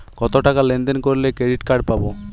কতটাকা লেনদেন করলে ক্রেডিট কার্ড পাব?